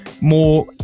more